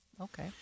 okay